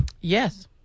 Yes